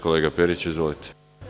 Kolega Periću, izvolite.